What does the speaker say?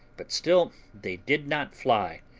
but still they did not fly,